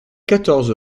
quatorze